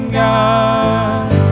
god